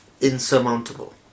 insurmountable